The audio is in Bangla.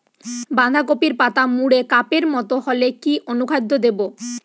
বাঁধাকপির পাতা মুড়ে কাপের মতো হলে কি অনুখাদ্য দেবো?